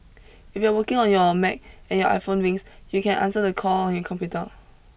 if you are working on your Mac and your iPhone rings you can answer the call on your computer